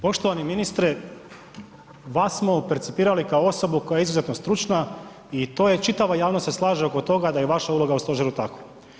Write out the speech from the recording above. Poštovani ministre, vas smo percipirali kao osobu koja je izuzetno stručna i to je, čitava javnost se slaže oko toga da je vaša uloga u stožera takva.